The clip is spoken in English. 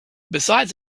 besides